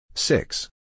Six